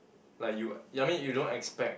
like you I mean you don't expect